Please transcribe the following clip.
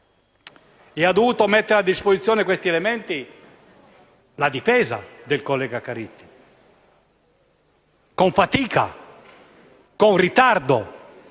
E ha dovuto mettere a disposizione questi elementi la difesa del collega Caridi, con fatica, con ritardo,